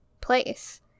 place